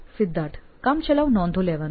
સિદ્ધાર્થ કામ ચલાઉ નોંધો લેવાનું